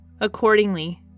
Accordingly